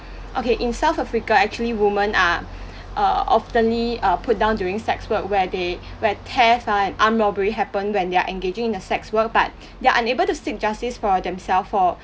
okay in south africa actually women are err oftenly uh put down during sex work where they where theft ah and armed robbery happened when they are engaging in the sex work but they are unable to seek justice for themself for